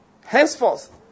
Henceforth